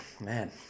Man